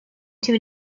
two